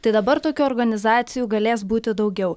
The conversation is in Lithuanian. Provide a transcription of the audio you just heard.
tai dabar tokių organizacijų galės būti daugiau